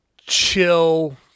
chill